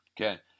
okay